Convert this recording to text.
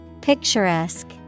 Picturesque